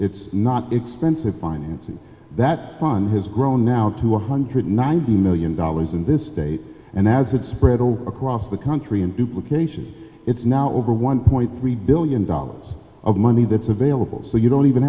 not expensive financing that sun has grown now two hundred ninety million dollars in this state and as it spread all across the country and duplication it's now over one point three billion dollars of money that's available so you don't even